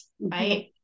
right